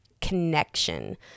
connection